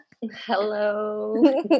Hello